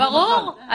ברור.